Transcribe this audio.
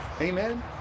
amen